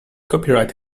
copyright